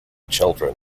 children